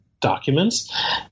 documents